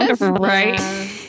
Right